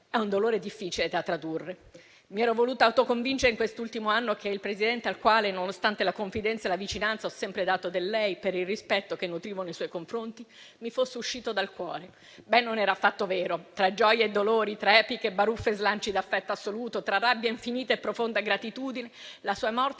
è un dolore difficile da tradurre. Mi ero voluta autoconvincere in quest'ultimo anno che il Presidente, al quale, nonostante la confidenza e la vicinanza ho sempre dato del lei per il rispetto che nutrivo nei suoi confronti, mi fosse uscito dal cuore. Ma non era affatto vero. Tra gioie e dolori, tra epiche baruffe e slanci da affetta assoluto, tra rabbia infinita e profonda gratitudine, la sua morte